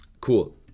Cool